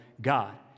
God